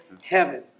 heaven